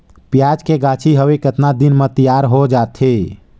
पियाज के गाछी हवे कतना दिन म तैयार हों जा थे?